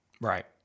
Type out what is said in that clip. Right